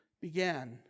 began